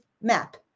map